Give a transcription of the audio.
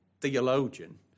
theologian